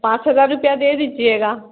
पाँच हज़ार रुपए दे दीजिएगा